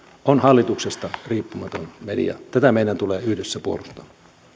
on hallituksesta riippumaton media tätä meidän tulee yhdessä puolustaa